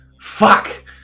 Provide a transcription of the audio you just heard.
Fuck